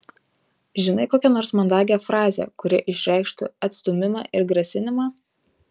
žinai kokią nors mandagią frazę kuri išreikštų atstūmimą ir grasinimą